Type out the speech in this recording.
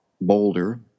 boulder